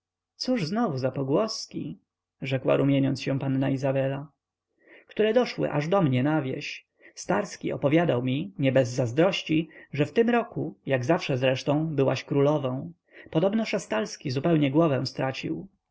cóż znowu za pogłoski rzekła rumieniąc się panna izabela które doszły aż do mnie na wieś starski opowiadał mi nie bez zazdrości że w tym roku jak zawsze zresztą byłaś królową podobno szastalski zupełnie głowę stracił